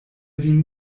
vin